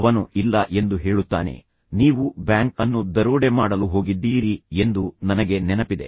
ಅವನು ಇಲ್ಲ ಎಂದು ಹೇಳುತ್ತಾನೆ ನೀವು ಬ್ಯಾಂಕ್ ಅನ್ನು ದರೋಡೆ ಮಾಡಲು ಹೋಗಿದ್ದೀರಿ ಎಂದು ನನಗೆ ನೆನಪಿದೆ